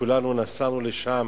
כולנו נסענו לשם